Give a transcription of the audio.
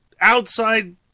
outside